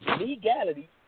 Legality